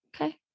Okay